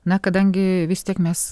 na kadangi vis tiek mes